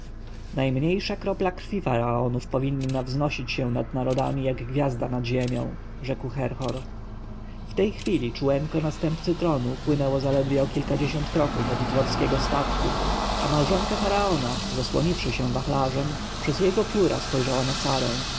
najmniejsza kropla krwi faraonów powinna wznosić się nad narodami jak gwiazda nad ziemią rzekł herhor w tej chwili czółenko następcy tronu płynęło zaledwie o kilkadziesiąt kroków od dworskiego statku a małżonka faraona zasłoniwszy się wachlarzem przez jego pióra spojrzała na sarę